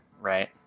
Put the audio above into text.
right